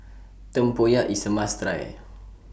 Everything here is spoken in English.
Tempoyak IS A must Try